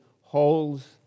holds